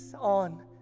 on